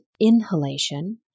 inhalation